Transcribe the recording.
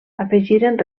afegiren